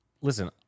listen